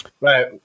Right